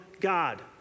God